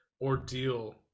ordeal